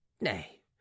nay